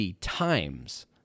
times